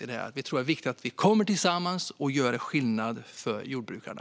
Vi tror att det är viktigt att vi tillsammans gör skillnad för jordbrukarna.